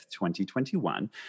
2021